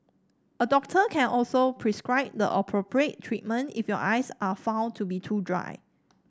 a doctor can also prescribe the appropriate treatment if your eyes are found to be too dry